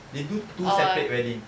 they do two separate wedding